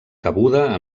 cabuda